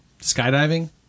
skydiving